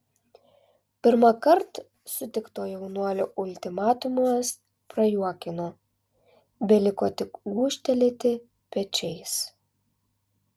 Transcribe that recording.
pirmąkart sutikto jaunuolio ultimatumas prajuokino beliko tik gūžtelėti pečiais